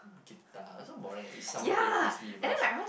guitar so boring if someone play frisbee with us